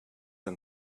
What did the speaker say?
and